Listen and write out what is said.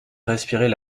respirait